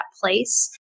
place